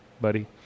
buddy